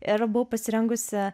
ir buvau pasirengusi